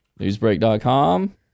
Newsbreak.com